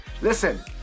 Listen